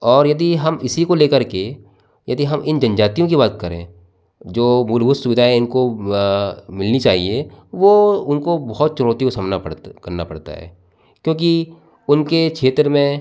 और यदि हम इसी को ले करके यदि हम इन जनजातियों की बात करें जो मूलभूत सुविधाएं इनको मिलनी चाहिए वो उनको बहुत चुनौतियों सामना करना पड़ता है क्योंकि उनके क्षेत्र में